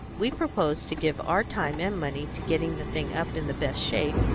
we propose to give our time and money to getting the thing up in the best shape,